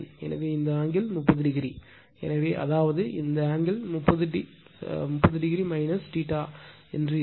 எனவே இந்த angle 30 o எனவே அதாவது இந்த ஆங்கிள் 30 o ஆக இருக்கும்